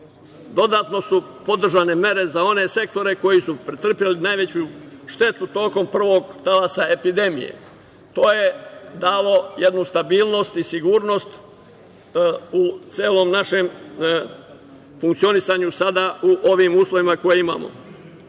dodatno su podržane mere za one sektore koji su pretrpeli najveću štetu tokom prvog talasa epidemije. To je dalo jednu stabilnost i sigurnost u celom našem funkcionisanju sada u ovim uslovima koje imamo.